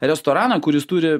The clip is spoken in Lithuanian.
restoraną kuris turi